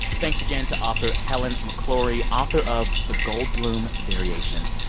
thanks again to author helen mcclory, author of the goldblum variations.